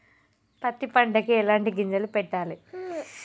పత్తి పంటకి ఎలాంటి గింజలు పెట్టాలి?